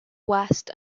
west